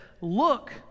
Look